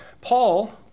Paul